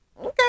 Okay